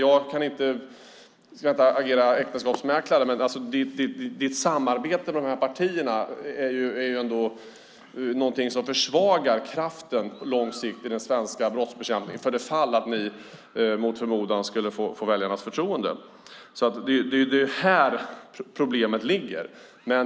Jag ska inte agera äktenskapsmäklare, men Margareta Perssons samarbete med dessa partier försvagar på lång sikt kraften i den svenska brottsbekämpningen, om de mot förmodan skulle få väljarnas förtroende. Det är alltså där problemet ligger.